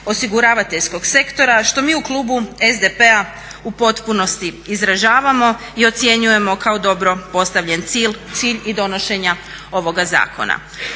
osiguravateljskog sektora što mi u klubu SDP-a u potpunosti izražavamo i ocjenjujemo kao dobro postavljen cilj donošenja ovoga zakona.